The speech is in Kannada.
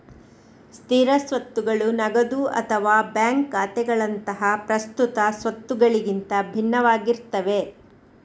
ಸ್ಥಿರ ಸ್ವತ್ತುಗಳು ನಗದು ಅಥವಾ ಬ್ಯಾಂಕ್ ಖಾತೆಗಳಂತಹ ಪ್ರಸ್ತುತ ಸ್ವತ್ತುಗಳಿಗಿಂತ ಭಿನ್ನವಾಗಿರ್ತವೆ